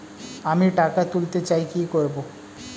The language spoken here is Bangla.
আমি টাকা তুলতে চাই কি করব?